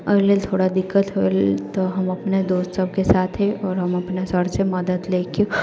ओइ लेल थोड़ा दिक्कत होइल तऽ हम अपने दोस्त सबके साथे आओर हम अपना सरसँ मदति लेके